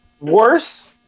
worse